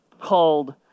called